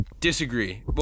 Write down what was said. Disagree